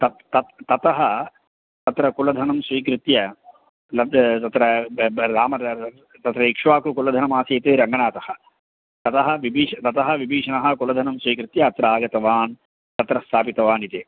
तत् तत् ततः तत्र कुलधनं स्वीकृत्य लब्धं तत्र रामः तत्र इक्ष्वाकुकुलधनमासीत् रङ्गनाथः ततः विभीषणं ततः विभीषणः कुलधनं स्वीकृत्य अत्र आगतवान् तत्र स्थापितवान् इति